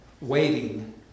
waiting